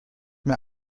mehr